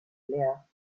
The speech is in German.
leer